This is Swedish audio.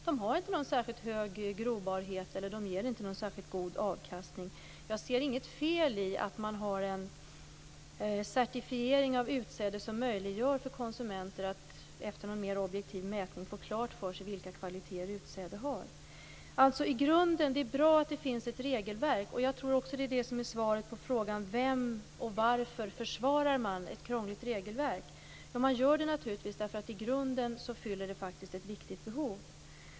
De har kanske inte någon särskilt hög grobarhet eller ger inte särskilt god avkastning. Jag ser inget fel i att man har en certifiering av utsäde som möjliggör för konsumenter att efter en objektiv mätning få klart för sig vilka kvaliteter utsäden har. Det är alltså bra att det finns ett regelverk i grunden, och jag tror också att det ger svaret på frågan varför man försvarar ett krångligt regelverk. Man gör det naturligtvis för att det i grunden fyller ett viktigt behov.